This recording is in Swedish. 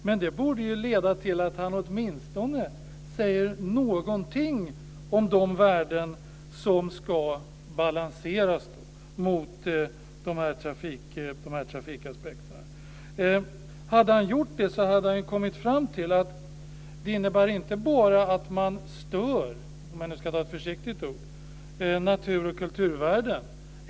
Men det borde ju leda till att han åtminstone säger någonting om de värden som ska balanseras mot de här trafikaspekterna. Hade han gjort det så hade han kommit fram till att det inte bara innebär att man stör - om jag nu ska ta ett försiktigt ord - naturoch kulturvärden.